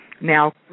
now